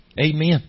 Amen